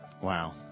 Wow